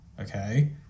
okay